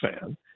fan